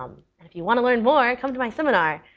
um and if you want to learn more, and come to my seminar.